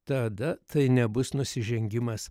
tada tai nebus nusižengimas